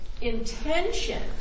intention